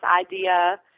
idea